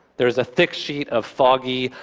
there is a thick sheet of foggy,